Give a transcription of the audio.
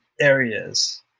areas